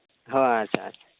ᱦᱳᱭ ᱟᱪᱪᱷᱟ ᱟᱪᱪᱷᱟ